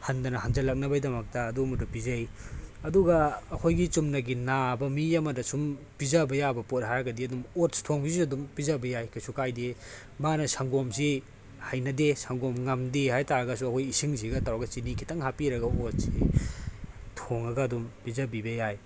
ꯍꯟꯗꯅ ꯍꯟꯖꯤꯜꯂꯛꯅꯕꯒꯤꯗꯃꯛꯇ ꯑꯗꯨꯝꯕꯗꯣ ꯄꯤꯖꯩ ꯑꯗꯨꯒ ꯑꯩꯈꯣꯏꯒꯤ ꯆꯨꯝꯅꯒꯤ ꯅꯥꯕ ꯃꯤ ꯑꯃꯗ ꯁꯨꯝ ꯄꯤꯖꯕ ꯌꯥꯕ ꯄꯣꯠ ꯍꯥꯏꯔꯒꯗꯤ ꯑꯗꯨꯝ ꯑꯣꯠꯁ ꯊꯣꯡꯕꯁꯤꯁꯨ ꯑꯗꯨꯝ ꯄꯤꯖꯕ ꯌꯥꯏ ꯀꯩꯁꯨ ꯀꯥꯏꯗꯦ ꯃꯥꯅ ꯁꯪꯒꯣꯝꯁꯤ ꯍꯩꯅꯗꯦ ꯁꯪꯒꯣꯝ ꯉꯝꯗꯦ ꯍꯥꯏꯇꯥꯔꯒꯁꯨ ꯑꯩꯈꯣꯏ ꯏꯁꯤꯡꯁꯤꯒ ꯇꯧꯔꯒ ꯆꯤꯅꯤ ꯈꯤꯇꯪ ꯍꯥꯞꯄꯤꯔꯒ ꯑꯣꯠꯁꯦ ꯊꯣꯡꯉꯒ ꯑꯗꯨꯝ ꯄꯤꯖꯕꯤꯕ ꯌꯥꯏ